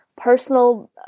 personal